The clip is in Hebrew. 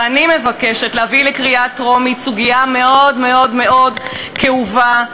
ואני מבקשת להביא לקריאה טרומית סוגיה מאוד מאוד מאוד כאובה,